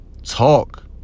Talk